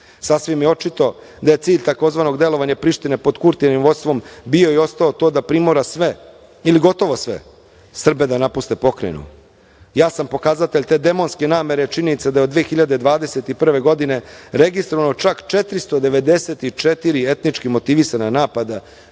Sasvim je očito da je cilj tzv. delovanja Prištine pod Kurtijevim vođstvom bio i ostao to da primora sve, ili gotovo sve Srbe na napuste pokrajinu. Ja sam pokazatelj te demonske namere. Činjenica je da je od 2021. godine registrovano čak 494 etnički motivisana napada